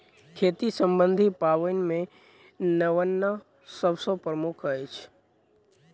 खेती सम्बन्धी पाबनि मे नवान्न सभ सॅ प्रमुख अछि